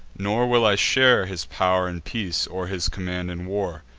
nor will i share his pow'r in peace, or his command in war.